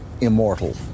immortal